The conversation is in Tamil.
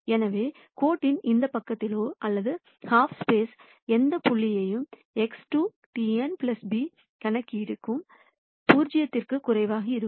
எனவே கோட்டின் இந்த பக்கத்திலோ அல்லது ஹாஃப் ஸ்பேசில் எந்த புள்ளியும் X2Tnb கணக்கீடு 0 க்கும் குறைவாக இருக்கும்